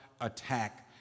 attack